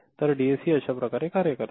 तर डीएसी अशा प्रकारे कार्य करते